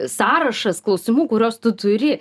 sąrašas klausimų kuriuos tu turi